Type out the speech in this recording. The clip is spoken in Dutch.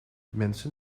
mensen